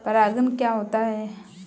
परागण क्या होता है?